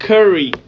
Curry